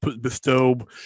bestow